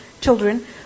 children